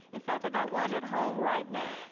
in fact, i got one at home right now.